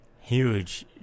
huge